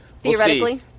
Theoretically